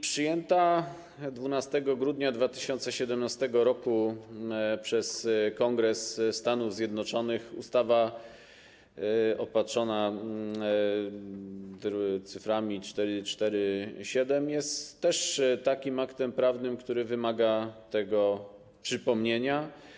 Przyjęta 12 grudnia 2017 r. przez Kongres Stanów Zjednoczonych ustawa opatrzona cyframi 447 jest też takim aktem prawnym, który wymaga tego przypomnienia.